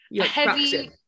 Heavy